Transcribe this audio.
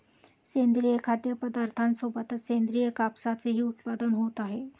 सेंद्रिय खाद्यपदार्थांसोबतच सेंद्रिय कापसाचेही उत्पादन होत आहे